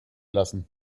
lassen